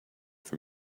for